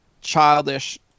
childish